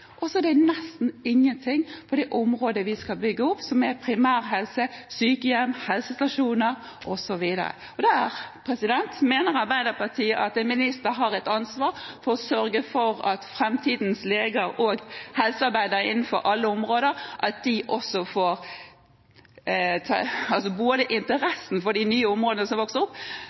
det er nesten ingenting når det gjelder det området vi skal bygge opp, som gjelder primærhelse, sykehjem, helsestasjoner osv. Her mener Arbeiderpartiet at ministeren har et ansvar for å sørge for at framtidens leger og helsearbeidere innenfor alle områder blir interessert i de